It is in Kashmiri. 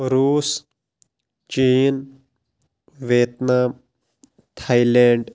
رُوٗس چِیٖن ویتنام تَھیلِینٛڈ